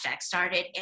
started